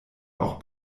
auch